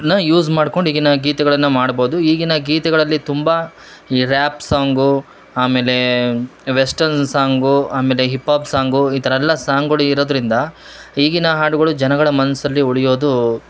ನ್ನ ಯೂಸ್ ಮಾಡ್ಕೊಂಡು ಈಗಿನ ಗೀತೆಗಳನ್ನ ಮಾಡ್ಬೋದು ಈಗಿನ ಗೀತೆಗಳಲ್ಲಿ ತುಂಬ ಈ ರ್ಯಾಪ್ ಸಾಂಗು ಆಮೇಲೆ ವೆಸ್ಟರ್ನ್ ಸಾಂಗು ಆಮೇಲೆ ಹಿಪಾಪ್ ಸಾಂಗು ಈಥರೆಲ್ಲ ಸಾಂಗ್ಗಳು ಇರೋದರಿಂದ ಈಗಿನ ಹಾಡುಗಳು ಜನಗಳ ಮನಸಲ್ಲಿ ಉಳಿಯೋದು